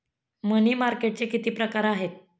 मनी मार्केटचे किती प्रकार आहेत?